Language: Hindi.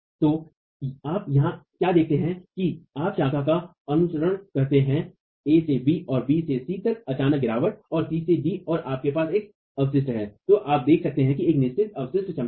तो आप यहां क्या देखते हैं यदि आप शाखा का अनुसरण करते हैं a से b और फिर b से c तक अचानक गिरावट और c से d और आपके पास एक अवशिष्ट है तो आप देख सकते हैं कि एक निश्चित अवशिष्ट क्षमता है